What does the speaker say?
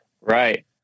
Right